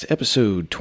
Episode